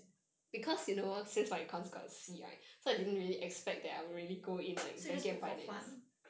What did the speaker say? so you just put for fun